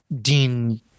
Dean